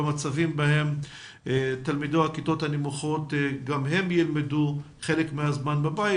במצבים בהם תלמידי הכיתות הנמוכות נמצאים חלק מהזמן בבית,